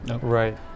right